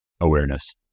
awareness